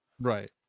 right